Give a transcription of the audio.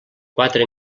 quatre